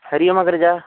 हरिः ओम् अग्रजा